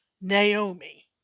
Naomi